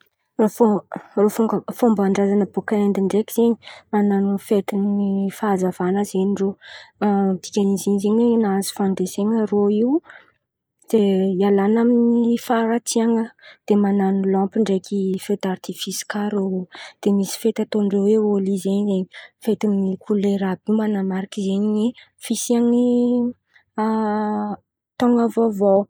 Fomban-drazana bôka Endy ndreky zen̈y manano fety ny fahazavana zen̈y irô. Dikany izin̈y zen̈y nahazo fandresena zen̈y irô io de hialana amin'ny faharatsiana, de manano lampo ndreky fedaritifisy kà rô, de misy fety atao ndrô oe Hôly zen̈y zen̈y, fety ny kolera àby io manamariky zen̈y ny fisian'ny taon̈a vôvô.